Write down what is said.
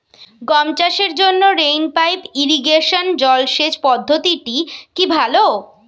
গম চাষের জন্য রেইন পাইপ ইরিগেশন জলসেচ পদ্ধতিটি কি ভালো?